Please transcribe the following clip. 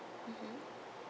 mmhmm